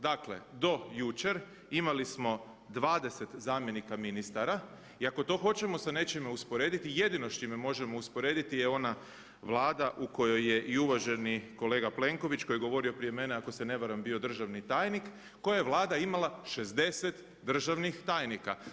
Dakle, do jučer imali smo 20 zamjenika ministara i ako to hoćemo sa nečim usporediti, jedino s čime možemo usporediti je ona vlada u kojoj i uvaženi kolega Plenković koji je govorio prije mene, ako se ne varam bio državni tajnik koje Vlada imala 60 državnih tajnika.